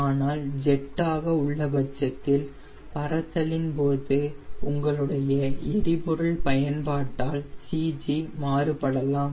ஆனால் ஜெட் ஆக உள்ள பட்சத்தில் பறத்தலின் போது உங்களுடைய எரிபொருள் பயன்பாட்டால் CG மாறுபடலாம்